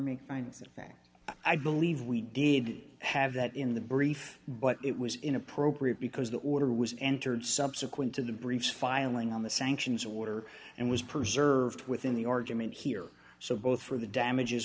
me finds in fact i believe we did have that in the brief but it was inappropriate because the order was entered subsequent to the briefs filing on the sanctions water and was preserved within the argument here so both for the damages